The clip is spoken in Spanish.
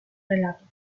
relato